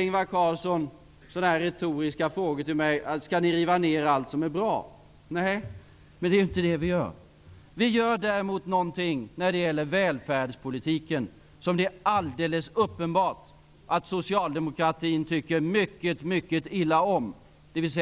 Ingvar Carlsson ställer här retoriska frågor som: Skall ni riva ner allt som är bra? Nej, och det är heller inte det vi gör. När det gäller välfärdspolitiken gör vi däremot nångonting som det är alldeles uppenbart att man inom socialdemokratin tycker mycket mycket illa om, dvs.